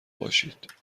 باشید